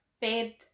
bed